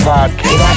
Podcast